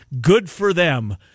good-for-them